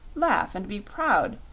laugh and be proud,